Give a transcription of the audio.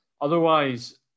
Otherwise